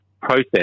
process